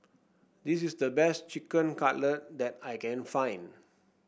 this is the best Chicken Cutlet that I can find